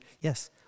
yes